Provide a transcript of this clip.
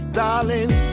darling